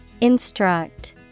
Instruct